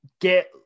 get